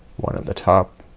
one on the top,